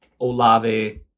Olave